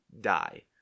die